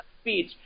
speech